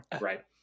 right